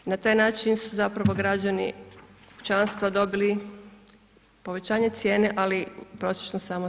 I na taj način su zapravo građani kućanstva dobili povećanje cijene, ali prosječno samo 7%